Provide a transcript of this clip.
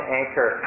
anchor